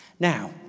Now